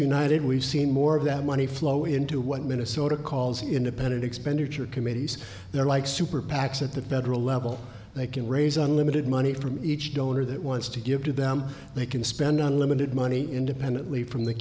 united we've seen more of that money flow into what minnesota calls independent expenditure committees they're like super pacs at the federal level they can raise unlimited money from each donor that wants to give to them they can spend unlimited money independently from the